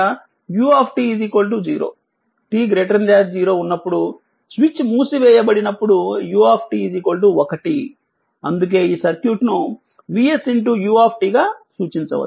t 0 ఉన్నప్పుడు switch మూసివేయబడినప్పుడు u 1 అందుకే ఈ సర్క్యూట్ను vsu గా సూచించవచ్చు